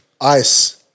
Ice